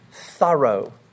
thorough